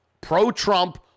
pro-Trump